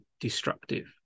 destructive